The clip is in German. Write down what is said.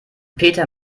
peter